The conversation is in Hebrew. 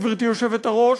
גברתי היושבת-ראש,